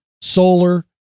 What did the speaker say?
solar